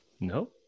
No